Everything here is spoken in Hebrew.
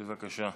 בבקשה.